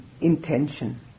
intention